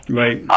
right